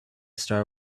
star